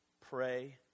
pray